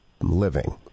living